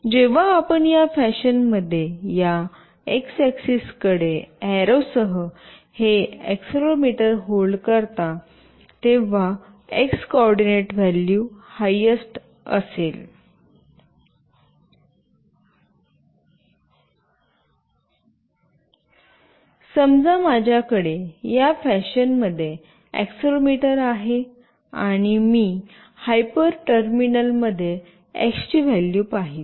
जेव्हा आपण या फॅशन मध्ये या एक्स ऍक्सेस कडे ऐरोसह हे एक्सेलेरोमीटर होल्ड करता तेव्हा एक्स कोऑर्डिनेट व्हॅल्यू हायस्ट असेल समजा माझ्याकडे या फॅशनमध्ये एक्सेलेरोमीटर आहे आणि मी हायपर टर्मिनल मध्ये एक्स ची व्हॅल्यू पाहील